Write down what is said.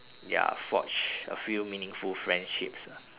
ya forge a few meaningful friendships ah